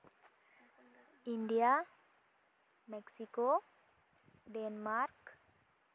India Mexico Denmark